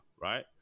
right